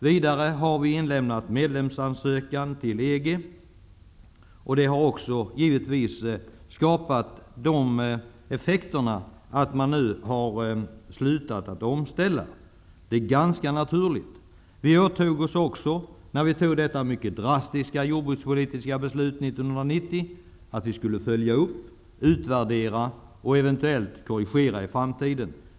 Vidare har vi lämnat in vår ansökan om medlemskap i EG, och det har fått effekten att man slutat med omställningen, något som är ganska naturligt. När vi fattade det mycket drastiska jordbrukspolitiska beslutet år 1990, beslöt vi också att vi skulle följa upp beslutet, utvärdera det och eventuellt korrigera det i framtiden.